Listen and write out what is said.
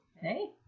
Hey